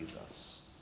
Jesus